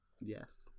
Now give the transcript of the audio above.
Yes